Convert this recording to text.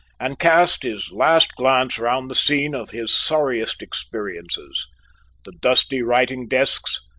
and cast his last glance round the scene of his sorriest experiences the dusty writing-desks,